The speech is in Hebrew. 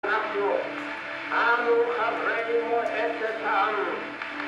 נתכנסנו, אנו חברי מועצת העם